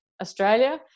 Australia